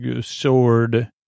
sword